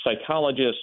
psychologists